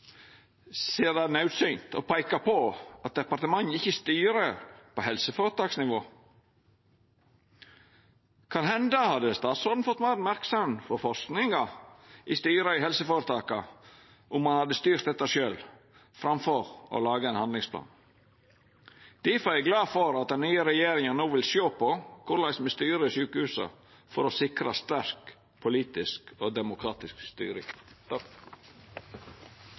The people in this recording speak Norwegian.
ser det naudsynt å peika på at departementet ikkje styrer på helseføretaksnivå. Kan hende hadde statsråden fått meir merksemd om forskinga i styra i helseføretaka om han hadde styrt dette sjølv, framfor å laga ein handlingsplan. Difor er eg glad for at den nye regjeringa no vil sjå på korleis me styrer sjukehusa, for å sikra sterk politisk og demokratisk styring.